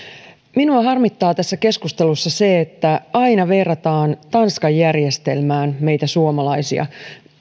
minua harmittaa tässä keskustelussa se että aina verrataan tanskan järjestelmään meitä suomalaisia